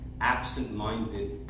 absent-minded